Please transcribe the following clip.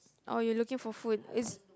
oh you looking for food is